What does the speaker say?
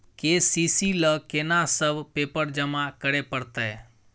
KCC ल केना सब पेपर जमा करै परतै?